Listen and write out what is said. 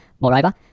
Moreover